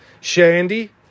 Shandy